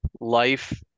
life